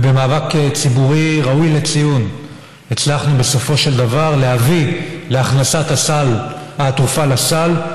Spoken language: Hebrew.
ובמאבק ציבורי ראוי לציון הצלחנו בסופו של דבר להביא להכנסת התרופה לסל,